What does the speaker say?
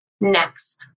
next